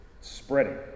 Spreading